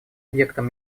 объектом